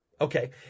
okay